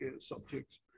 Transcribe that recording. subjects